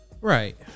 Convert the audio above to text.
Right